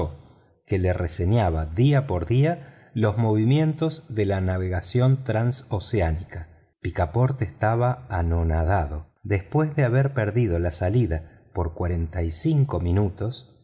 que le reseñaba día por día los movimientos de la navegación transoceánica picaporte estaba anonadado después de haber perdido la salida por cuarenta y cinco minutos